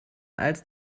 als